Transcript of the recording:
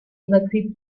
évacué